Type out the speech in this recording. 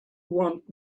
want